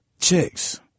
chicks